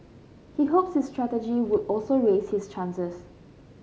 he hopes this strategy would also raise his chances